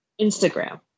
Instagram